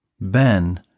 Ben